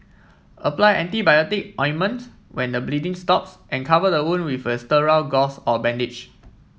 apply antibiotic ointment when the bleeding stops and cover the wound with a sterile gauze or bandage